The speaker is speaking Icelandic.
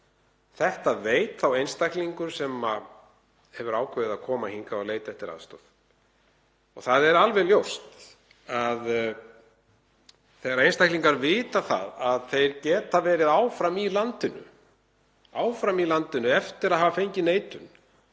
Þetta veit þá einstaklingur sem hefur ákveðið að koma hingað og leita eftir aðstoð. Það er alveg ljóst að þegar einstaklingar vita að þeir geta verið áfram í landinu eftir að hafa fengið neitun,